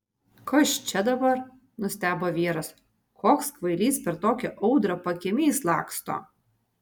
kas čia dabar nustebo vyras koks kvailys per tokią audrą pakiemiais laksto